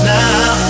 now